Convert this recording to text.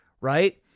right